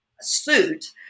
suit